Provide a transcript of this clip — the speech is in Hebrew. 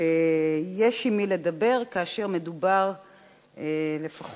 שיש עם מי לדבר כאשר מדובר לפחות